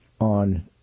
on